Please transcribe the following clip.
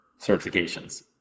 certifications